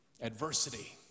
adversity